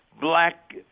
Black